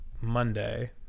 Monday